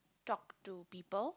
talk to people